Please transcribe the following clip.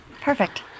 Perfect